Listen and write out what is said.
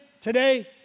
today